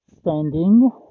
standing